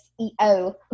seo